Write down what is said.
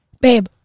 Babe